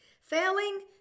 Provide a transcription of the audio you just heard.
Failing